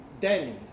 Danny